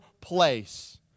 place